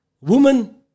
Woman